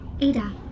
Ada